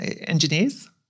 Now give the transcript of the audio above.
engineers